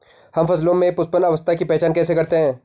हम फसलों में पुष्पन अवस्था की पहचान कैसे करते हैं?